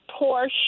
Porsche